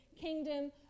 kingdom